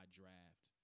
draft